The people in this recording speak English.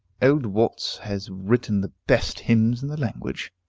old watts has written the best hymns in the language.